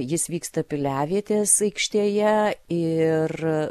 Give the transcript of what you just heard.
jis vyksta piliavietės aikštėje ir